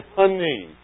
honey